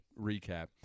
recap